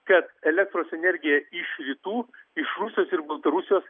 kad elektros energija iš rytų iš rusijos ir baltarusijos